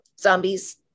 Zombies